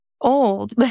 old